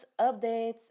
updates